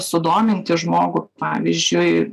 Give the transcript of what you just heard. sudominti žmogų pavyzdžiui